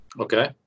Okay